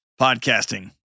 podcasting